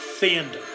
fandom